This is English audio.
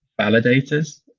validators